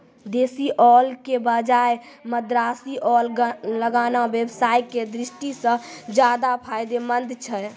देशी ओल के बजाय मद्रासी ओल लगाना व्यवसाय के दृष्टि सॅ ज्चादा फायदेमंद छै